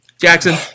Jackson